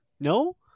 No